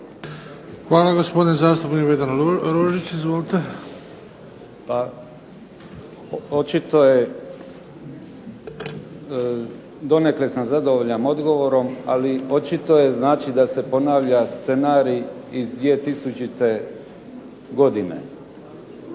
Hvala. Gospodin zastupnik Vedran Rožić, izvolite. **Rožić, Vedran (HDZ)** Donekle sam zadovoljan odgovorom, ali očito je znači da se ponavlja scenarij iz 2000. godine.